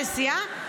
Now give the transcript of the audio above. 7 מיליון הנסיעה,